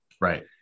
Right